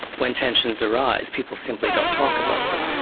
when tensions arise, people simply don't talk about them.